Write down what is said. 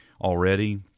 already